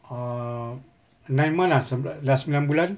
err nine month ah sembila~ dah sembilan bulan